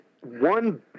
one